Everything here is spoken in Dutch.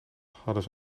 hadden